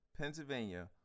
Pennsylvania